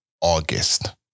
August